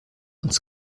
uns